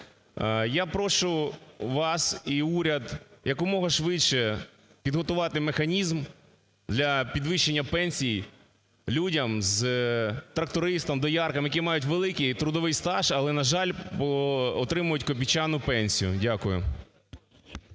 Я прошу вас і уряд якомога швидше підготувати механізм для підвищення пенсій людям з… трактористам, дояркам, які мають великий трудовий стаж, але на жаль, отримують копійчану пенсію. Дякую.